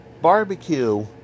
barbecue